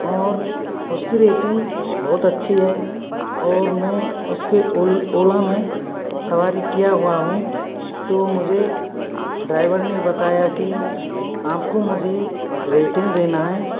और उसकी रेटिंग बहुत अच्छी है और मैं उसके ओला में सवारी किया हुआ हूँ तो मुझे ड्राइवर ने बताया की आप को मुझे रेटिंग देना है